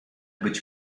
być